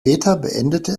beendete